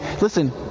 Listen